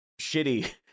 shitty